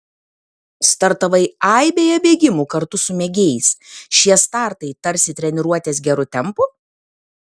startavai aibėje bėgimų kartu su mėgėjais šie startai tarsi treniruotės geru tempu